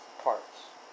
parts